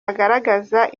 agaragaza